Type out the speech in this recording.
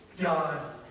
God